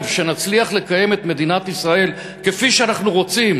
שנצליח לקיים את מדינת ישראל כפי שאנחנו רוצים